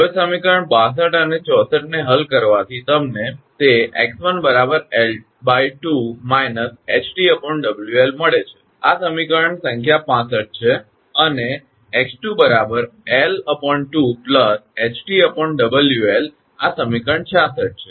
હવે સમીકરણ 62 અને 64 ને હલ કરવાથી તમને તે 𝑥1 𝐿 2 − ℎ𝑇 𝑊𝐿 મળે છે આ સમીકરણ સંખ્યા 65 છે અને 𝑥2 𝐿 2 ℎ𝑇 𝑊𝐿 આ સમીકરણ 66 છે